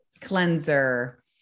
cleanser